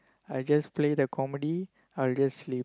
I just play the comedy I'll just sleep